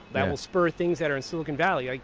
that will spur things that are in silicon valley. like